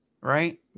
right